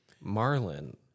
Marlin